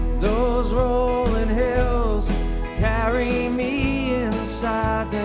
those rollin' hills carry me inside